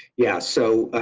yeah. so,